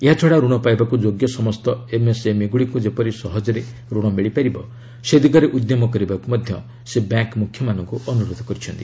ଏହାଛଡା ରଣ ପାଇବାକୁ ଯୋଗ୍ୟ ସମସ୍ତ ଏମ୍ଏସ୍ଏମ୍ଇ ଗୁଡ଼ିକୁ ଯେପରି ସହଜରେ ଋଣ ମିଳିପାରିବ ସେ ଦିଗରେ ଉଦ୍ୟମ କରିବାକୁ ମଧ୍ୟ ସେ ବ୍ୟାଙ୍କ ମୁଖ୍ୟମାନଙ୍କୁ ଅନୁରୋଧ କରିଛନ୍ତି